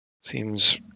Seems